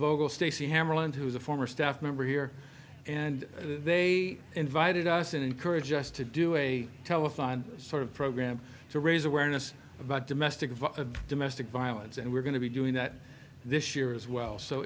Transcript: hammarlund who's a former staff member here and they invited us and encourage us to do a telethon sort of program to raise awareness about domestic of domestic violence and we're going to be doing that this year as well so